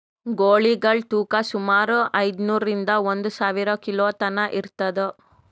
ಗೂಳಿಗಳ್ ತೂಕಾ ಸುಮಾರ್ ಐದ್ನೂರಿಂದಾ ಒಂದ್ ಸಾವಿರ ಕಿಲೋ ತನಾ ಇರ್ತದ್